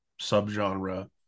subgenre